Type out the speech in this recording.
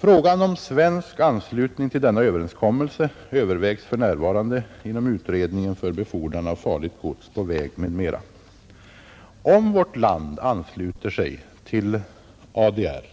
Frågan om svensk anslutning till denna överenskommelse övervägs för närvarande inom utredningen för befordran av farligt gods på väg m.m. Om vårt land ansluter sig till ADR